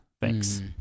Thanks